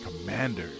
Commander